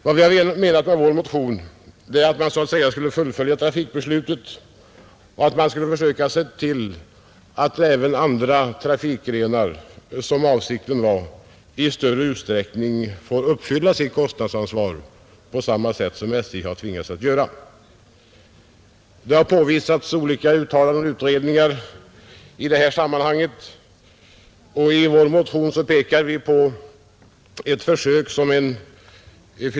Vi har i vår motion menat att man skall fullfölja trafikbeslutet och försöka se till att andra trafikgrenar, som avsikten var, i större utsträckning får bära sitt kostnadsansvar på samma sätt som SJ har tvingats göra. Det har hänvisats till olika uttalanden och utredningar i detta sammanhang. I vår motion pekar vi på att fil.